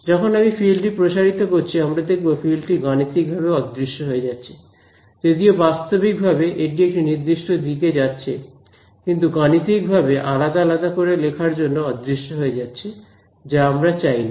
যখন আমি ফিল্ড টি প্রসারিত করছি আমরা দেখব ফিল্ড টি গাণিতিকভাবে অদৃশ্য হয়ে যাচ্ছে যদিও বাস্তবিকভাবে এটি একটি নির্দিষ্ট দিকে যাচ্ছে কিন্তু গাণিতিকভাবে আলাদা আলাদা করে লেখার জন্য অদৃশ্য হয়ে যাচ্ছে যা আমরা চাই না